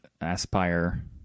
Aspire